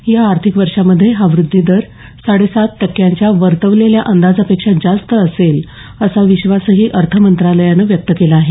या आर्थिक वर्षामध्ये हा वृद्धीदर साडे सात टक्क्यांच्या वर्तवलेल्या अंदाजापेक्षा जास्त असेल असा विश्वासही अर्थ मंत्रालयानं व्यक्त केला आहे